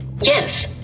Yes